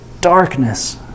darkness